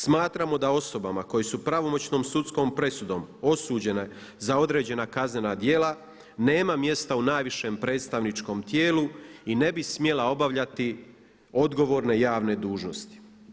Smatramo da osobama koje su pravomoćnom sudskom presudom osuđena za određena kaznena djela, nema mjesta u najvišem predstavničkom tijelu i ne bi smjela obavljati odgovorne javne dužnosti.